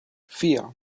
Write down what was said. vier